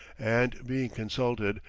and, being consulted,